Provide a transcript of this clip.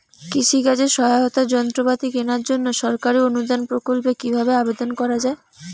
কৃষি কাজে সহায়তার যন্ত্রপাতি কেনার জন্য সরকারি অনুদান প্রকল্পে কীভাবে আবেদন করা য়ায়?